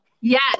Yes